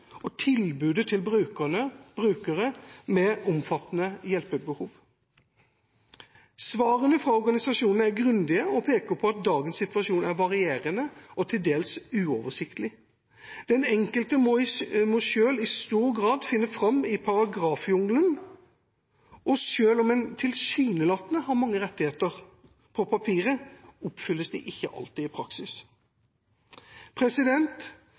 og tilbudet til brukere med omfattende hjelpebehov. Svarene fra organisasjonene er grundige og peker på at dagens situasjon er varierende og til dels uoversiktlig. Den enkelte må selv i stor grad finne fram i paragrafjungelen. Selv om en tilsynelatende har mange rettigheter på papiret, oppfylles de ikke alltid i praksis.